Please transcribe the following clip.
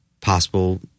possible